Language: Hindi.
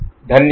धन्यवाद